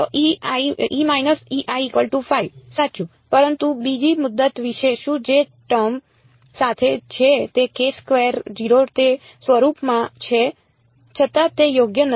તો સાચું પરંતુ બીજી મુદત વિશે શું જે ટર્મ સાથે છે તે તે સ્વરૂપમાં છે છતાં તે યોગ્ય નથી